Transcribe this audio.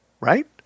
right